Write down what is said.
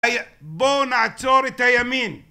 בואו נעצור את הימין